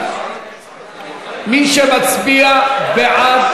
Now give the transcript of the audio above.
מי שמצביע בעד,